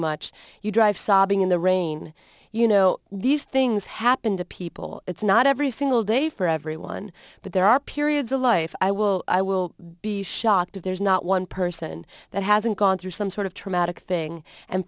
much you drive sobbing in the rain you know these things happen to people it's not every single day for everyone but there are periods of life i will i will be shocked if there's not one person that hasn't gone through some sort of traumatic thing and